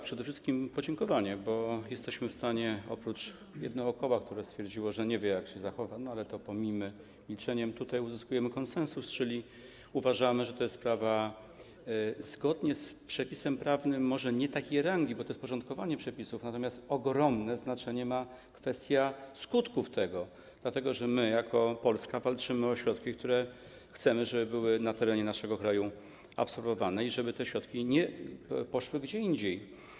Przede wszystkim podziękowanie, bo jesteśmy w stanie oprócz jednego koła, które stwierdziło, że nie wie, jak się zachowa, ale to pomińmy milczeniem, uzyskać tutaj konsensus, czyli uważamy, że to jest sprawa zgodnie z przepisem prawnym może nie takiej rangi, bo to jest porządkowanie przepisów, natomiast ogromne znaczenie ma kwestia skutków tego, dlatego że my jako Polska walczymy o środki, w przypadku których chcemy, żeby były na terenie naszego kraju absorbowane i żeby te środki nie poszły gdzie indziej.